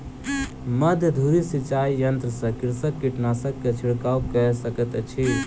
मध्य धूरी सिचाई यंत्र सॅ कृषक कीटनाशक के छिड़काव कय सकैत अछि